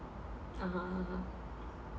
(uh huh) (uh huh)